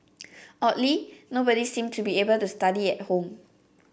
oddly nobody seemed to be able to study at home